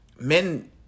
Men